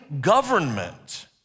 government